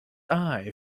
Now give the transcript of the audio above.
eye